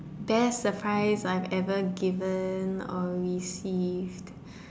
best surprise I've ever given or received